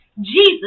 Jesus